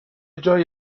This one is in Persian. جای